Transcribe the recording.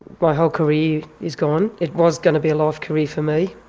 my whole career is gone, it was going to be a life career for me.